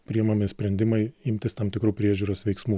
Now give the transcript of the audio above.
priimami sprendimai imtis tam tikrų priežiūros veiksmų